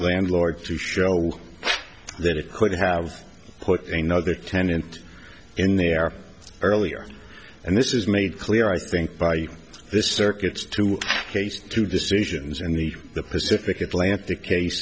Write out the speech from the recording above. landlord to show that it could have put a nother tenant in there earlier and this is made clear i think by this circuit's two cases two decisions and the pacific atlantic case